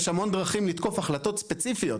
יש המון דרכים לתקוף החלטות ספציפיות.